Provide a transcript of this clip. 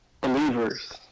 believers